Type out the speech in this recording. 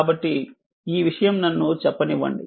కాబట్టి ఈ విషయం నన్ను చెప్పనివ్వండి